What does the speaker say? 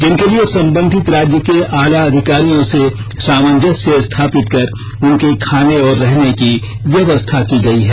जिनके लिए संबंधित राज्य के आला अधिकारियों से सामंजस्य स्थापित कर उनके खाने और रहने की व्यवस्था की गई है